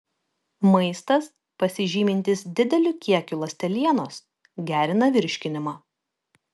maistas pasižymintis dideliu kiekiu ląstelienos gerina virškinimą